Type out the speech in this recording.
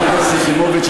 חברת הכנסת יחימוביץ,